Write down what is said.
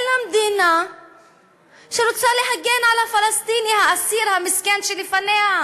אלא מדינה שרוצה להגן על הפלסטיני האסיר המסכן שלפניה,